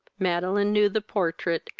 madeline knew the portrait,